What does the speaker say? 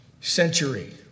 century